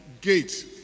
gate